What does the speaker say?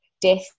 death